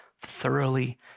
thoroughly